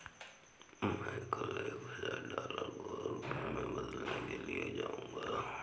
मैं कल एक हजार डॉलर को रुपया में बदलने के लिए जाऊंगा